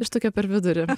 aš tokia per vidurį